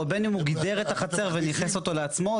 או בין אם הוא גידר את החצר וניכס אותה לעצמו.